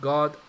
God